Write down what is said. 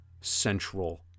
central